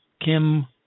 Kim